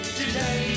today